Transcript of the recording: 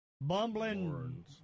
bumbling